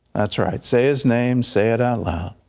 that's right. say his name, say it out loud.